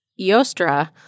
Yostra